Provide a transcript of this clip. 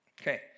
Okay